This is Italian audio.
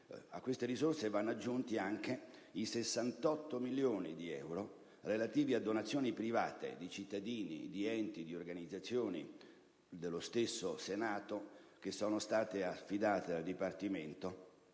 A queste risorse vanno aggiunti anche i 68 milioni di euro relativi a donazioni private di cittadini, di enti, di organizzazioni, dello stesso Senato, che sono stati affidati al Dipartimento